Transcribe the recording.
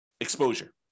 exposure